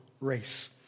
race